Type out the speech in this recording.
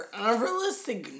unrealistic